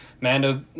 Mando